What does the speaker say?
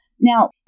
Now